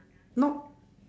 not